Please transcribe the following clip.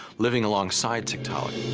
living alongside tiktaalik.